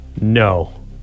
No